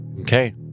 Okay